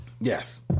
yes